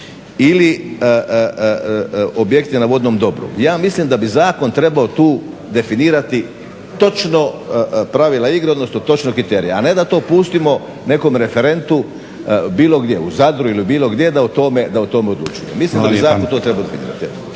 ili objekti na vodnom dobru. Ja mislim da bi zakon trebao tu definirati točno pravila igre odnosno točne kriterije. A ne da to pustimo nekom referentu bilo gdje, u Zadru ili bilo gdje da o tome odlučuje. … /Govornik se ne